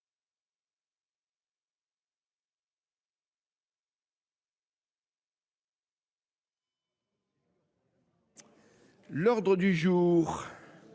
L’ordre du jour